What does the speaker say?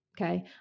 okay